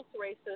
races